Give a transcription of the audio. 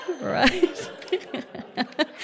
Right